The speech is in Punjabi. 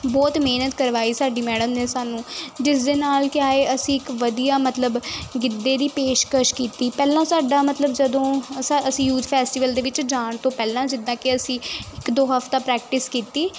ਬਹੁਤ ਮਿਹਨਤ ਕਰਵਾਈ ਸਾਡੀ ਮੈਡਮ ਨੇ ਸਾਨੂੰ ਜਿਸ ਦੇ ਨਾਲ ਕਿਆ ਏ ਅਸੀਂ ਇੱਕ ਵਧੀਆ ਮਤਲਬ ਗਿੱਧੇ ਦੀ ਪੇਸ਼ਕਸ਼ ਕੀਤੀ ਪਹਿਲਾਂ ਸਾਡਾ ਮਤਲਬ ਜਦੋਂ ਅਸ ਅਸੀਂ ਯੂਥ ਫੈਸਟੀਵਲ ਦੇ ਵਿੱਚ ਜਾਣ ਤੋਂ ਪਹਿਲਾਂ ਜਿੱਦਾਂ ਕਿ ਅਸੀਂ ਇੱਕ ਦੋ ਹਫਤਾ ਪ੍ਰੈਕਟਿਸ ਕੀਤੀ